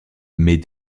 mais